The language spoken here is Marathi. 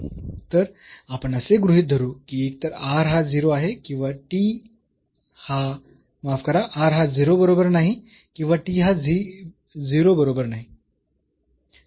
तर आपण असे गृहीत धरू की एकतर r हा 0 आहे किंवा t हा माफ करा r हा 0 बरोबर नाही किंवा t हा 0 बरोबर नाही